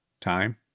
Time